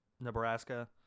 Nebraska